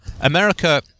America